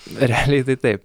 realiai tai taip